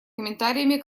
комментариями